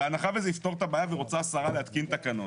בהנחה שזה יפתור את הבעיה ורוצה השרה להתקין תקנות,